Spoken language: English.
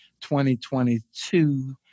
2022